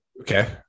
okay